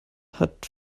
hat